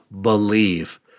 believe